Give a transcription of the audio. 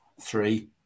three